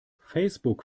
facebook